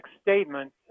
statement